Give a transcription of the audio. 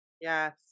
Yes